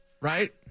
right